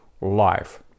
life